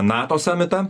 nato samitą